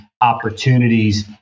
opportunities